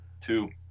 Two